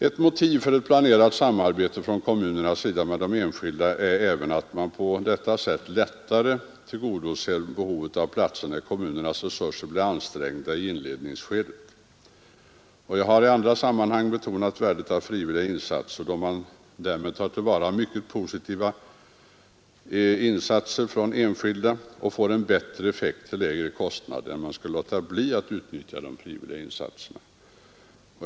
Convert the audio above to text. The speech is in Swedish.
Ett motiv för ett planerat samarbete från kommunernas sida med de enskilda skolorna är även att man på detta sätt lättare tillgodoser behovet av platser när kommunernas resurser blir ansträngda i inledningsskedet. Jag har i andra sammanhang betonat värdet av frivilliga insatser, då därmed mycket positiva insatser från enskilda tas till vara och man får en bättre effekt till lägre kostnad än om man skulle låta bli att utnyttja de frivilliga insatserna.